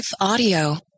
Audio